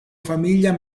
famiglia